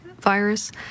virus